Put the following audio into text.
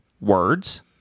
words